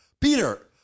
Peter